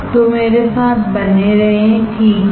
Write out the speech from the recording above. तो मेरे साथ बने रहे ठीक है